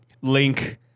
Link